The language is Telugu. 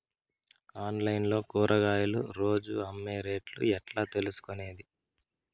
ఆన్లైన్ లో కూరగాయలు రోజు అమ్మే రేటు ఎట్లా తెలుసుకొనేది?